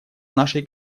нашей